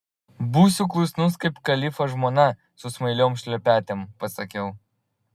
būsiu klusnus kaip kalifo žmona su smailiom šlepetėm pasakiau